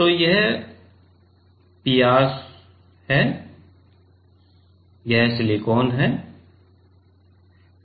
तो यह पीआर है और यह सिलिकॉन है